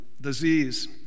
disease